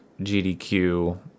gdq